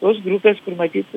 tos grupės kur matyt